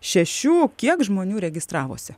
šešių kiek žmonių registravosi